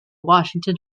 washington